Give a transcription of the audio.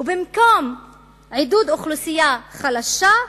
ובמקום עידוד אוכלוסייה חלשה,